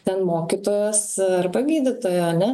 ten mokytojos arba gydytojo ane